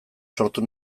sortu